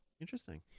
Interesting